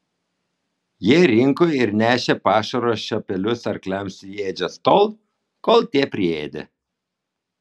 jie rinko ir nešė pašaro šapelius arkliams į ėdžias tol kol tie priėdė